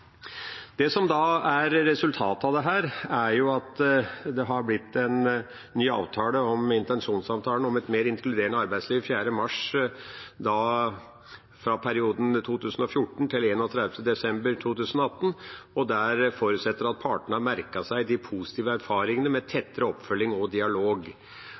Det som er resultatet av dette, er at det har blitt en ny avtale om intensjonsavtalen om et mer inkluderende arbeidsliv 4. mars 2014–31. desember 2018. Man forutsetter at partene har merket seg de positive erfaringene med tettere oppfølging og dialog.